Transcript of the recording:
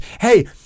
hey